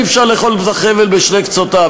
אי-אפשר לאחוז בחבל בשני קצותיו,